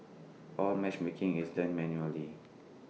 all matchmaking is done manually